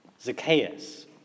Zacchaeus